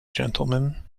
gentlemen